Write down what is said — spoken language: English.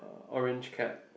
orange cap